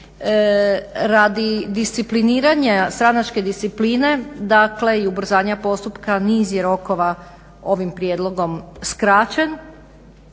Radi discipliniranja stranačke discipline, dakle i ubrzanja postupka niz je rokova ovim prijedlogom skraćen.